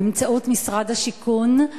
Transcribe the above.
באמצעות משרד השיכון,